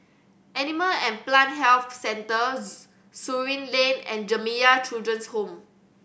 Animal and Plant Health Centre Surin Lane and Jamiyah Children's Home